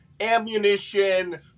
Ammunition